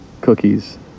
cookies